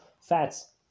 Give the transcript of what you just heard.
fats